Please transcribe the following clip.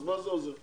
אז מה זה עוזר?